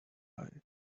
uruguay